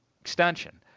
extension